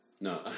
no